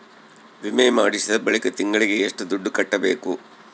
ವಿಮೆ ಮಾಡಿಸಿದ ಬಳಿಕ ತಿಂಗಳಿಗೆ ಎಷ್ಟು ದುಡ್ಡು ಕಟ್ಟಬೇಕು?